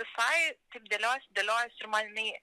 visai taip dėliojosi dėliojosi ir man nei